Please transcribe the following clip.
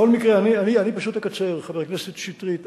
בכל מקרה, אני פשוט אקצר, חבר הכנסת שטרית.